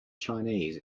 chinese